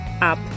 up